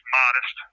modest